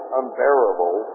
unbearable